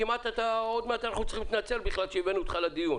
כמעט שאנחנו צריכים להתנצל בכלל שהבאנו אותך לדיון.